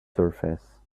surface